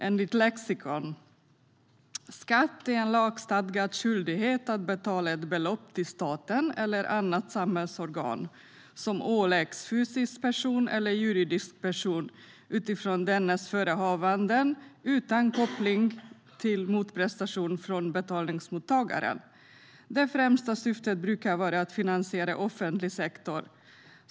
Enligt lexikon är skatt en lagstadgad skyldighet att betala ett belopp till staten eller annat samhällsorgan, som åläggs fysisk person eller juridisk person utifrån dennes förehavanden, utan koppling till motprestationer från betalningsmottagaren. Det främsta syftet brukar vara att finansiera offentlig sektor.